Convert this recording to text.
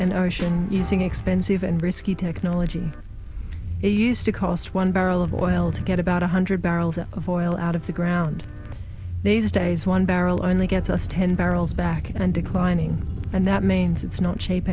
ship using expensive and risky technology used to cost one barrel of oil to get about one hundred barrels of oil out of the ground these days one barrel only gets us ten barrels back and declining and that means it's not cheap